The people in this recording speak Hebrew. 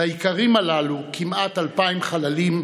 ליקרים הללו, כמעט 2,000 חללים,